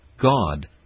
God